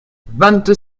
vingt